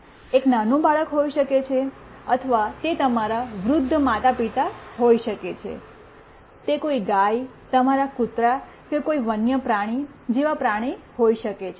એક નાનું બાળક હોઈ શકે છે અથવા તે તમારા વૃદ્ધ માતાપિતા હોઈ શકે છે તે કોઈ ગાય તમારા કૂતરા કોઈ વન્યપ્રાણી જેવા પ્રાણી હોઈ શકે છે